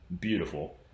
Beautiful